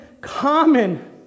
common